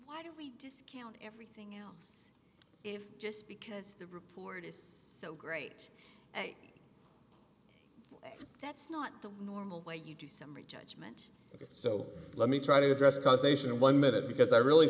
why do we discount everything if just because the report is so great and that's not the normal way you do summary judgment so let me try to address causation in one minute because i really